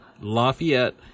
Lafayette